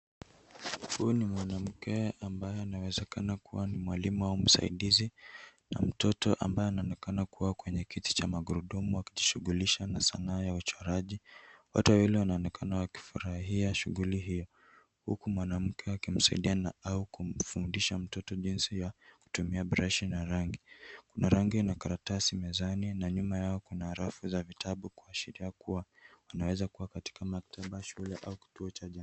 Huyu ni mwanamke ambaye anawezekeana kuwa ni mwalimu au msaidizi na mtoto ambaye anaonekana kuwa kwenye kiti cha magurudumu akijishughulisha na sanaa yauchoraji. Wote wawili wanaonekana wakifurahia shughuli hio huku mwanamke akimsaidia au kumfundisha mtoto jinsi ya kutumia brashi na rangi. Kuna rangi na karatasi mezani na nyuma yao kuna rafu za vitabu kuashiria kuwa wanweza kuwa katika maktaba ya shule au kituo cha jamii.